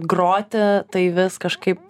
groti tai vis kažkaip